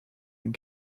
and